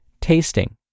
tasting